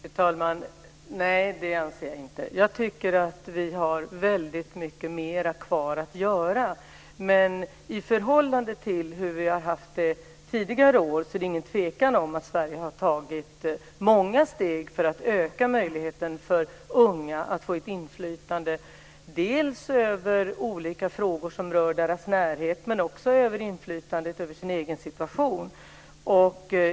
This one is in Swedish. Fru talman! Nej, det anser jag inte. Jag tycker att vi har väldigt mycket mer kvar att göra. Men i förhållande till hur vi haft det tidigare år är det ingen tvekan om att Sverige har tagit många steg för att öka möjligheterna för unga att få ett inflytande dels över olika frågor som rör deras närhet, dels över sin egen situation.